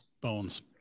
Bones